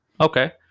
Okay